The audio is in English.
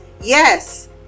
yes